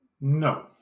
no